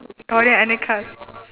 orh then any cards